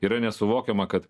yra nesuvokiama kad